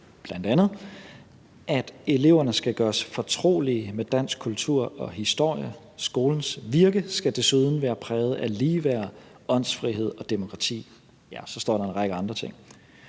bl.a. siger, at eleverne skal gøres fortrolige med dansk kultur og historie. Skolens virke skal desuden være præget af ligeværd, åndsfrihed og demokrati. Og ja, så står der en række andre ting.